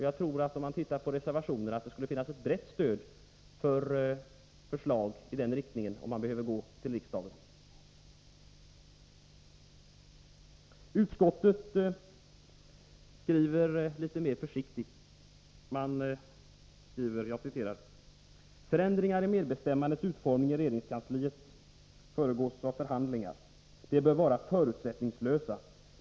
Om man studerar vår reservation kan man konstatera att det skulle finnas ett brett stöd för förslag till riksdagen i den riktning jag här har talat om. Utskottet skriver litet mer försiktigt i det nu föreliggande betänkandet: ”-——- förändringar i medbestämmandets utformning i regeringskansliet föregås av förhandlingar. Dessa bör vara förutsättningslösa.